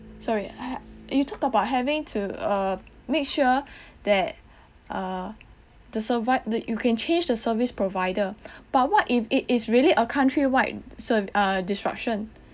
sorry hav~ you talked about having to err make sure that err the survive~ the you can change the service provider but what if it is really a country wide ser~ err disruption